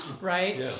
Right